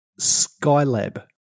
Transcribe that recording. Skylab